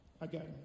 again